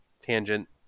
tangent